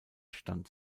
stand